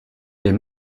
les